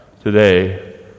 today